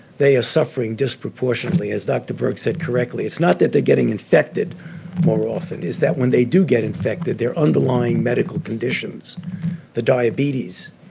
they are suffering disproportionately. as dr. birx said correctly, it's not that they're getting infected more often it's that when they do get infected, their underlying medical conditions the diabetes,